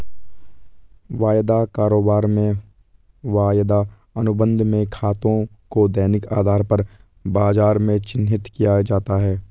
वायदा कारोबार में वायदा अनुबंध में खातों को दैनिक आधार पर बाजार में चिन्हित किया जाता है